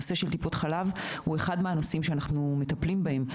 הנושא של טיפות חלב הוא אחד הנושאים שאנחנו מטפלים בהם.